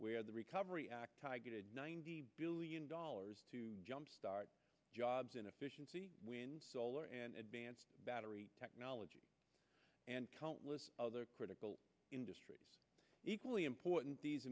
where the recovery act targeted ninety billion dollars to jumpstart jobs in efficiency wind solar and advanced battery technology and countless other critical industries equally important